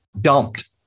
dumped